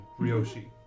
Ryoshi